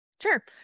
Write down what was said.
Sure